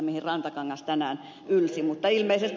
rantakangas tänään ylsi mutta ilmeisesti